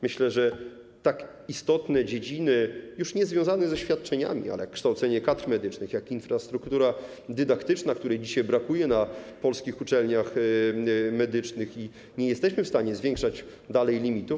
Myślę, że tak istotne dziedziny - niekoniecznie związane ze świadczeniami - jak kształcenie kadr medycznych, jak infrastruktura dydaktyczna, której dzisiaj brakuje na polskich uczelniach medycznych i nie jesteśmy w stanie zwiększać limitów.